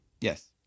Yes